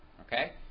okay